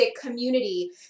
community